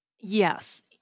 Yes